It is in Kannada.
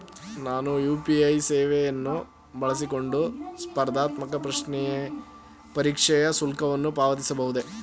ನಾನು ಯು.ಪಿ.ಐ ಸೇವೆಯನ್ನು ಬಳಸಿಕೊಂಡು ಸ್ಪರ್ಧಾತ್ಮಕ ಪರೀಕ್ಷೆಯ ಶುಲ್ಕವನ್ನು ಪಾವತಿಸಬಹುದೇ?